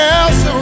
else